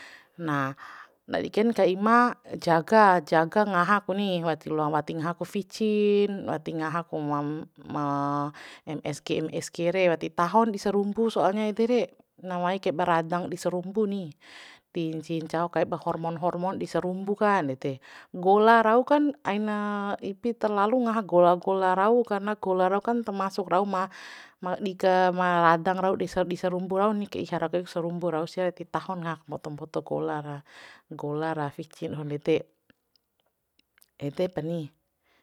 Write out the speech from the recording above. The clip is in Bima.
Na ndadi kain ka ima jaga jaga ngaha ku ni wati loa wati ngaha ku ficin wati ngaha ku ma ma msg msg re wati tahon di sarumbu soalnya ede re na mai kaiba radang di sarumbu ni ti ncihi ncao kaip ba hormon hormon di sarumbu kan ndede gola raukan aina ipi terlalu ngaha gola gola rau karna gola raukan termasuk rau ma ma di kama ra danang di di sarumbu rau ni kaiha rau kai sarumbu rau sia ti tahon ngaha mboto mboto gola ra gola ra ficim doho ndede ede pa ni